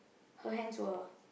her hands were